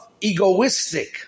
egoistic